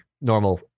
normal